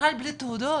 בכלל בלי תעודות,